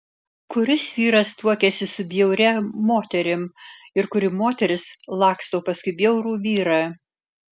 kuris vyras tuokiasi su bjauria moterim ir kuri moteris laksto paskui bjaurų vyrą